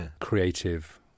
creative